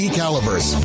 calibers